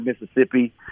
Mississippi